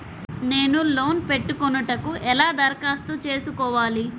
నేను లోన్ పెట్టుకొనుటకు ఎలా దరఖాస్తు చేసుకోవాలి?